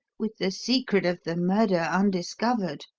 with the secret of the murder undiscovered.